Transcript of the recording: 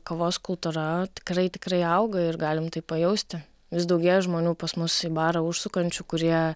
kavos kultūra tikrai tikrai auga ir galim tai pajausti vis daugėja žmonių pas mus į barą užsukančių kurie